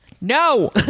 No